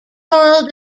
coral